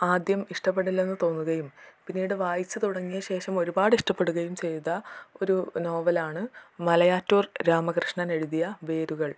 ആദ്യം ഇഷ്ടപ്പെടില്ലെന്ന് തോന്നുകയും പിന്നീട് വായിച്ച് തുടങ്ങിയ ശേഷം ഒരുപാട് ഇഷ്ടപെടുകയും ചെയ്ത ഒരു നോവലാണ് മലയാറ്റൂർ രാമകൃഷ്ണൻ എഴുതിയ വേരുകൾ